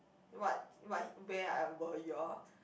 what what he where are were you all